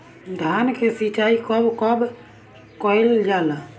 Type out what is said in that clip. धान के सिचाई कब कब कएल जाला?